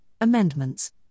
amendments